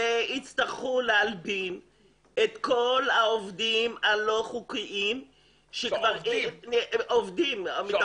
יצטרכו להלבין את כל העובדים הלא חוקיים שהם עובדים.